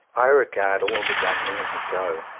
i regard all the young men who go,